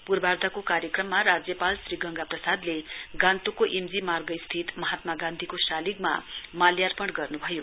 पूर्वार्धको कार्यक्रममा राज्यपाल श्री गंगा प्रसादले गान्तोकको एमजी मार्ग स्थित महात्मा गान्धीक सालिगमा माल्यार्पण गर्न्भयो